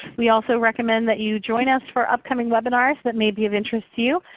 we also recommend that you join us for upcoming webinars that may be of interest to you.